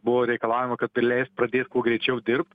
buvo reikalaujama kad prileist pradėt kuo greičiau dirbt